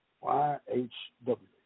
Y-H-W